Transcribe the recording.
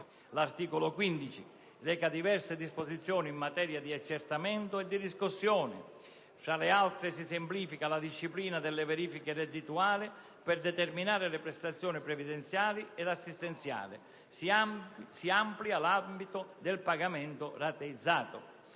L'articolo 15 reca diverse disposizioni in materia di accertamento e di riscossione. Tra le altre, si semplifica la disciplina delle verifiche reddituali per determinare le prestazioni previdenziali ed assistenziali; si amplia l'ambito del pagamento rateizzato.